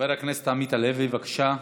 חבר הכנסת עמית הלוי, בבקשה,